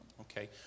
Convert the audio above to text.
Okay